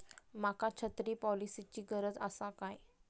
माका छत्री पॉलिसिची गरज आसा काय?